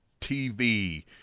TV